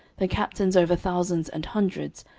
the captains over thousands and hundreds,